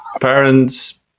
parents